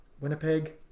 winnipeg